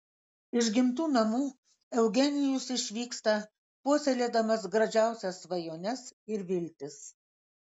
iš gimtų namų eugenijus išvyksta puoselėdamas gražiausiais svajones ir viltis